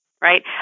right